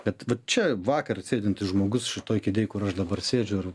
kad čia vakar sėdintis žmogus šitoj kėdėj kur aš dabar sėdžiu ir